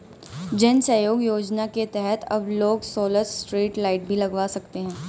जन सहयोग योजना के तहत अब लोग सोलर स्ट्रीट लाइट भी लगवा सकते हैं